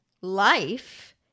life